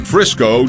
Frisco